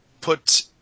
put